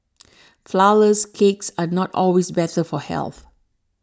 Flourless Cakes are not always better for health